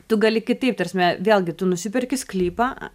tu gali kitaip ta prasme vėlgi tu nusiperki sklypą